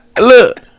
look